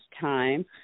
time